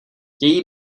její